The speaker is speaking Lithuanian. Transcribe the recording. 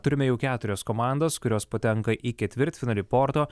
turime jau keturias komandos kurios patenka į ketvirtfinalį porto